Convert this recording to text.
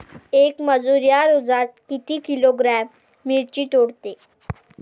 येक मजूर या रोजात किती किलोग्रॅम मिरची तोडते?